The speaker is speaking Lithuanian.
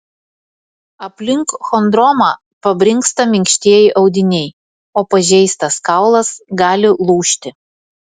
aplink chondromą pabrinksta minkštieji audiniai o pažeistas kaulas gali lūžti